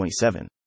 27